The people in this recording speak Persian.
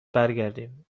برگردیم